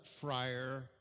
friar